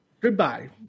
Goodbye